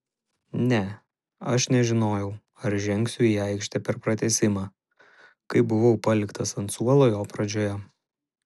ne aš nežinojau ar žengsiu į aikštę per pratęsimą kai buvau paliktas ant suolo jo pradžioje